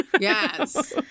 yes